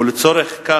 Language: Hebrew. ולצורך זה,